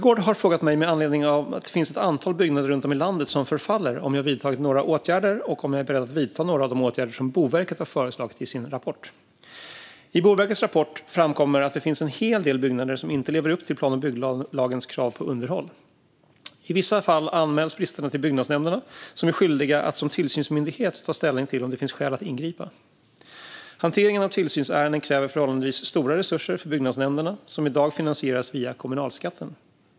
Fru talman! Med anledning av att det finns ett antal byggnader runt om i landet som förfaller har Gudrun Brunegård frågat mig om jag vidtagit några åtgärder och om jag är beredd att vidta några av de åtgärder som Boverket har föreslagit i sin rapport. I Boverkets rapport framkommer att det finns en hel del byggnader som inte lever upp till plan och bygglagens krav på underhåll. I vissa fall anmäls bristerna till byggnadsnämnderna, som är skyldiga att som tillsynsmyndighet ta ställning till om det finns skäl att ingripa. Hanteringen av tillsynsärenden kräver förhållandevis stora resurser för byggnadsnämnderna, som i dag finansieras via kommunalskatten.